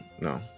no